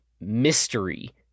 mystery